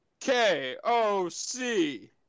KOC